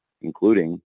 including